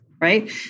right